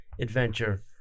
adventure